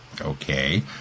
okay